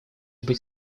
быть